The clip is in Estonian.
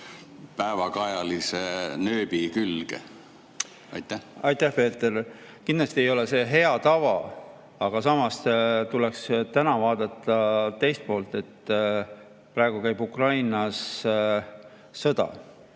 päevakajalise nööbi külge? Aitäh, Peeter! Kindlasti ei ole see hea tava, aga samas tuleks täna vaadata ka teist poolt. Praegu käib Ukrainas sõda